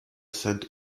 saint